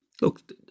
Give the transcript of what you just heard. Look